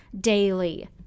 daily